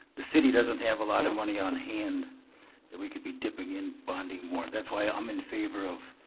the city doesn't have a lot of money on hand that we could be dipping in, bonding more. that's why i'm in favor of,